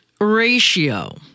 Ratio